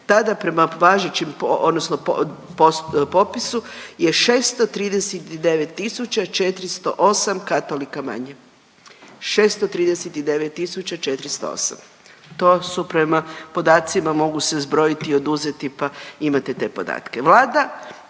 tada prema važećim odnosno popisu je 639 tisuća 408 katolika manje, 639 tisuća 408. To su prema podacima mogu se zbrojiti i oduzeti pa imate te podatke.